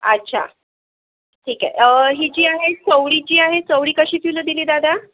अच्छा ठीक आहे ही जी आहे चवळी जी आहे चवळी कशी किलो दिली दादा